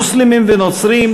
מוסלמים ונוצרים,